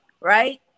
right